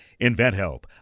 InventHelp